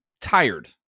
tired